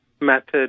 method